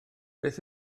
beth